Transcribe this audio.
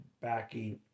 backing